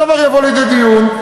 הדבר יבוא לידי דיון.